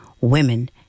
women